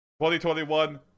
2021